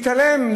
מתעלם.